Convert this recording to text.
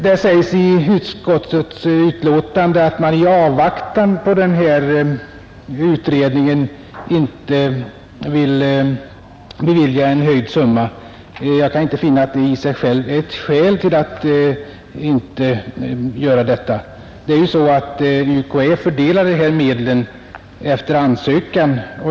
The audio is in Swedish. Det sägs i utskottets betänkande att man i avvaktan på den här utredningen inte vill föreslå en höjd summa. Jag kan inte finna att den pågående utredningen i sig själv är ett skäl till att inte höja. Det är ju så att UKÄ fördelar de här medlen efter ansökan.